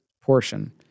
portion